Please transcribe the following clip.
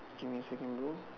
give me a second bro